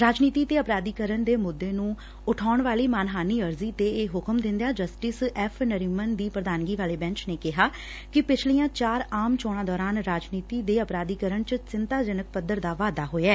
ਰਾਜਨੀਤੀ ਦੇ ਅਪਰਾਧਿਕਰਨ ਦੇ ਮੁੱਦੇ ਨੂੰ ਉਠਾਉਣ ਵਾਲੀ ਮਾਨਹਾਨੀ ਅਰਜ਼ੀ ਤੇ ਇਹ ਹੁਕਮ ਦਿੰਦਿਆਂ ਜਸਟਿਸ ਐਫ਼ ਨਰੀਮਨ ਦੀ ਪ੍ਰਧਾਨਗੀ ਵਾਲੇ ਬੈਂਚ ਨੇ ਕਿਹਾ ਕਿ ਪਿਛਲੀਆਂ ਚਾਰ ਆਮ ਚੋਣਾਂ ਦੌਰਾਨ ਰਾਜਨੀਤੀ ਦੇ ਅਪਰਾਧੀਕਰਨ ਚ ਚਿੰਤਾਜਨਕ ਪੱਧਰ ਦਾ ਵਾਧਾ ਹੋਇਐ